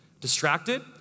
Distracted